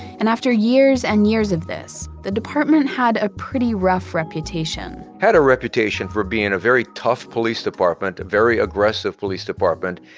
and after years and years of this, the department had a pretty rough reputation had a reputation for being a very tough police department, a very aggressive police department,